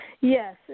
Yes